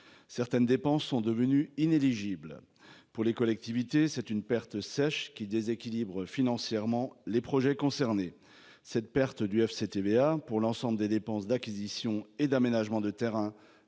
Certaines dépenses sont devenus inéligible pour les collectivités. C'est une perte sèche qui déséquilibre financièrement les projets concernés. Cette perte du FCTVA pour l'ensemble des dépenses d'acquisition et d'aménagement de terrain